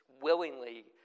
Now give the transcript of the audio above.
willingly